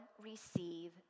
receive